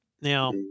Now